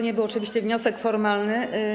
Nie był to oczywiście wniosek formalny.